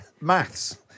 Maths